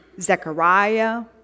Zechariah